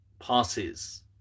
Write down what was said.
passes